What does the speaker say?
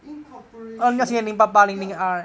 incorporation ya